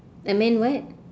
a man what